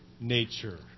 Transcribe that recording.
nature